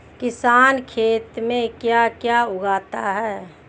किसान खेत में क्या क्या उगाता है?